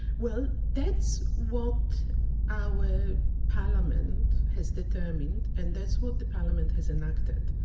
well that's what our parliament has determined, and that's what the parliament has enacted.